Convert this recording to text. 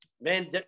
man